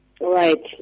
right